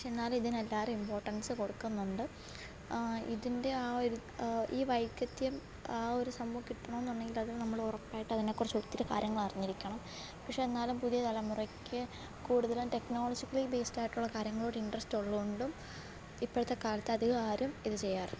പക്ഷെ എന്നാലും ഇതിനെല്ലാവരും ഇമ്പോർട്ടൻസ് കൊടുക്കുന്നുണ്ട് ഇതിന്റെ ആ ഒരു ഈ വൈഗത്യം ആ ഒരു സംഭവം കിട്ടണമെന്നുണ്ടെങ്കില് അതിനു നമ്മൾ ഉറപ്പായിട്ടും അതിനെക്കുറിച്ച് ഒത്തിരി കാര്യങ്ങള് അറിഞ്ഞിരിക്കണം പക്ഷെ എന്നാലും പുതിയ തലമുറക്ക് കൂടുതലും ടെക്നോളജിക്കലി ബേസ്ട് ആയിട്ടുള്ള കാര്യങ്ങളോട് ഇൻട്രസ്റ്റ് ഉള്ളതു കൊണ്ടും ഇപ്പോഴത്തെ കാലത്ത് അധികം ആരും ഇത് ചെയ്യാറില്ല